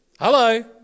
Hello